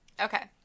Okay